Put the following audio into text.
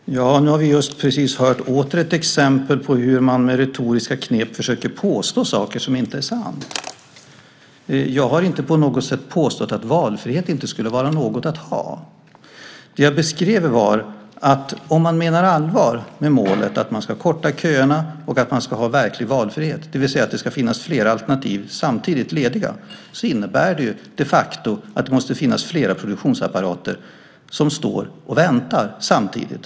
Herr talman! Nu har vi åter hört ett exempel på hur man med retoriska knep försöker påstå saker som inte är sanna. Jag har inte på något sätt påstått att valfrihet inte skulle vara något att ha. Det jag sade var att om man menar allvar med målet att korta köerna och ha verklig valfrihet, det vill säga att det ska finnas flera lediga alternativ samtidigt, innebär det de facto att flera produktionsapparater måste stå och vänta samtidigt.